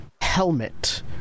helmet